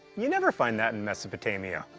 you never find that in mesopotamia.